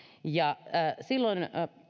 ja silloin